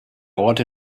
orte